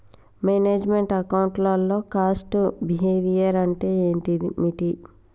Manage meant account లో cost behaviour అంటే ఏమిటి?